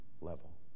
level